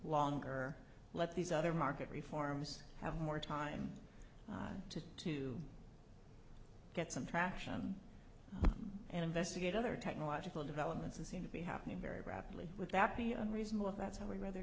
longer or let these other market reforms have more time to to get some traction and investigate other technological developments and seem to be happening very rapidly with that be unreasonable if that's how we read their